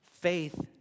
faith